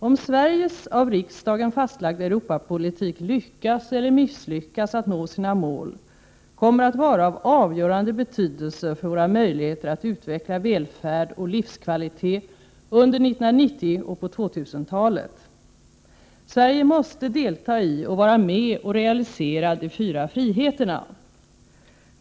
Om Sveriges av riksdagen fastlagda europapolitik lyckas eller misslyckas att nå sina mål kommer att vara av avgörande betydelse för våra möjligheter att utveckla välfärd och livskvalitet under 1990 och in på 2000-talet. Sverige måste delta i och vara med och realisera ”de fyra friheterna”.